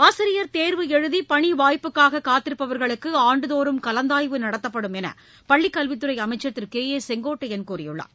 ஆசிரியர் தேர்வு எழுதி பணி வாய்ப்புக்காக காத்திருப்பவர்களுக்கு ஆண்டுதோறும் கலந்தாய்வு நடத்தப்படும் என்று பள்ளி கல்வித் துறை அமைச்சர் திரு கே ஏ செங்கோட்டையன் கூறியுள்ளார்